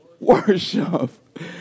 worship